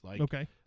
Okay